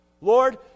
Lord